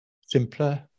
simpler